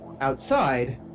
outside